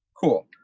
Cool